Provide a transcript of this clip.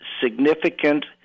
significant